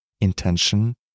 intention